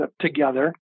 together